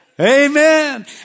Amen